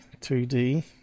2d